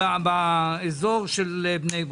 באזור של בני ברק.